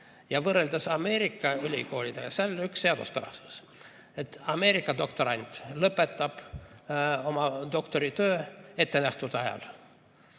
Võrreldes Ameerika ülikoolidega on seal üks seaduspärasus: Ameerika doktorant lõpetab oma doktoritöö ettenähtud ajal,